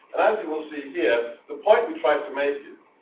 and as you will see here, the point we tried to make is,